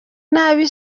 nabi